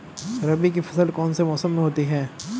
रबी की फसल कौन से मौसम में होती है?